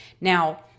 Now